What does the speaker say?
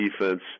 defense